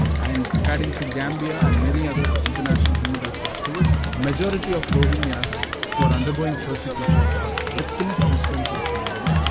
and according to gambia and many other international human rights activists majority of rohingyas who are undergoing persecution are ethnic muslims of myanmar.